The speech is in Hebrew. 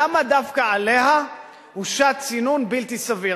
למה דווקא עליה הושת צינון בלתי סביר?